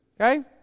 okay